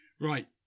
right